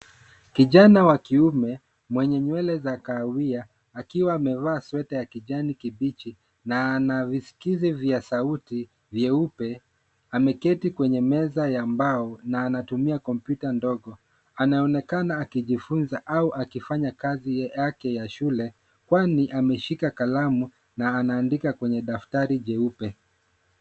Kijana wa kiume mwenye nywele za kahawia akiwa amevaa sweta ya kijani kibichi na ana viskizi vya sauti vyeupe ameketi kwenye meza ya mbao na anatumia kompyuta ndogo. Anaonekana akijifunza au akifanya kazi yake ya shule kwani ameshika kalamu na anaandika kwenye daftari jeupe.